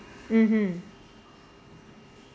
mmhmm